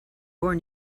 born